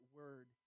word